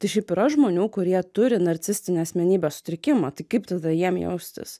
tai šiaip yra žmonių kurie turi narcistinį asmenybės sutrikimą tai kaip tada jiem jaustis